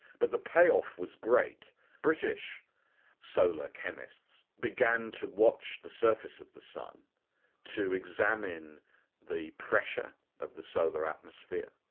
but the payoff was great british solar chemists began to watch the surface of the sun to examine the pressure of the solar atmosphere,